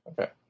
Okay